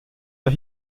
der